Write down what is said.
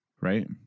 right